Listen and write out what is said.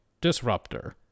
disruptor